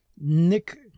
Nick